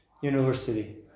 University